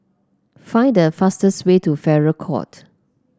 find the fastest way to Farrer Court